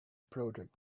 project